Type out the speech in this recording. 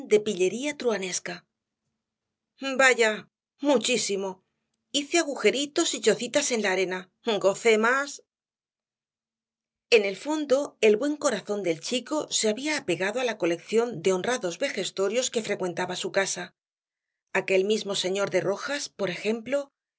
pillería truhanesca vaya muchísimo hice agujeritos y chocitas con la arena gocé más en el fondo el buen corazón del chico se había apegado á la colección de honrados vejestorios que frecuentaba su casa aquel mismo señor de rojas por ejemplo le